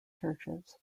churches